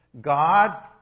God